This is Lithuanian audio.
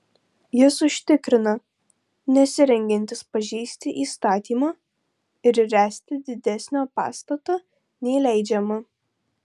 jis užtikrina nesirengiantis pažeisti įstatymo ir ręsti didesnio pastato nei leidžiama